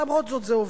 למרות זאת זה עובר,